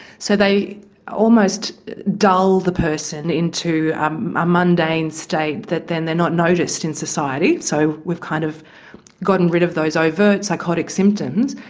so they almost dull the person into a mundane states that then they are not noticed in society. so we've kind of gotten rid of those overt psychotic symptoms.